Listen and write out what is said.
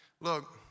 look